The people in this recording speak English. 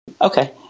Okay